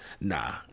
Nah